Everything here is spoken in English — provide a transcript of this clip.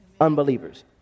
unbelievers